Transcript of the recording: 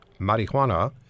marijuana